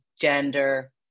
gender